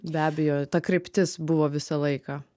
be abejo ta kryptis buvo visą laiką